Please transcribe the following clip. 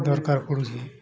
ଦରକାର ପଡ଼ୁଛିି